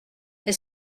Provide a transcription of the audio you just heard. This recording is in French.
est